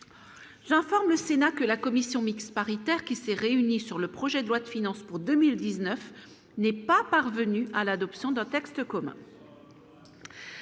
Jean forme le Sénat que la commission mixte paritaire qui s'est réunie sur le projet de loi de finances pour 2019 n'est pas parvenu à l'adoption d'un texte commun.